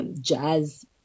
jazz